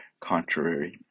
contrary